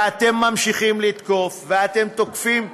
ואתם ממשיכים לתקוף, ואתם תוקפים.